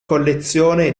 collezione